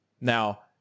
now